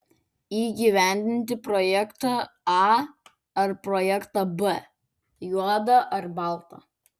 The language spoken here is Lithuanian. įgyvendinti projektą a ar projektą b juoda ar balta